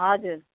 हजुर